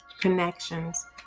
connections